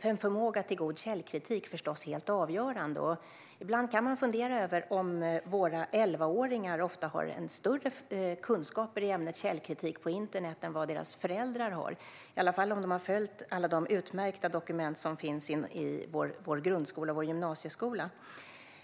en förmåga till god källkritik förstås helt avgörande. Ibland kan man fundera över om våra elvaåringar ofta har större kunskaper i källkritik på internet än vad deras föräldrar har - i alla fall om de har följt alla de utmärkta dokument som finns i vår grundskola och vår gymnasieskola.